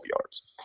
yards